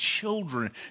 children